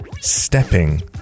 Stepping